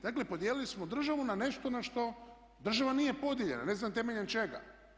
Dakle, podijelili smo državu na nešto na što država nije podijeljena, ne znam temeljem čega.